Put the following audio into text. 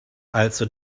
also